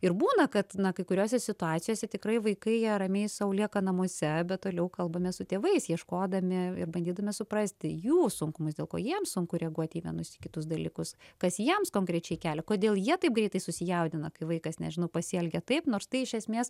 ir būna kad na kai kuriose situacijose tikrai vaikai ramiai sau lieka namuose bet toliau kalbamės su tėvais ieškodami ir bandydami suprasti jų sunkumus dėl ko jiems sunku reaguoti į vienus į kitus dalykus kas jiems konkrečiai kelia kodėl jie taip greitai susijaudina kai vaikas nežinau pasielgia taip nors tai iš esmės